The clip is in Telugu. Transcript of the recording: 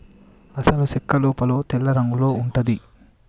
అసలు సెక్క లోపల తెల్లరంగులో ఉంటది